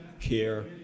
care